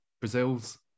Brazils